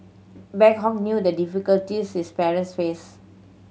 Boon Hock knew the difficulties his parents faced